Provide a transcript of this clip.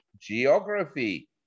geography